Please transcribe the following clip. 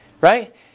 right